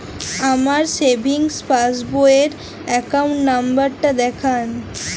আমার সেভিংস পাসবই র অ্যাকাউন্ট নাম্বার টা দেখান?